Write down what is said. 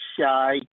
shy